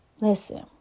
Listen